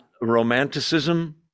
romanticism